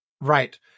Right